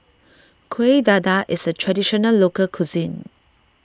Kuih Dadar is a Traditional Local Cuisine